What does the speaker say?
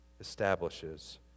establishes